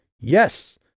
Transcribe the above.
Yes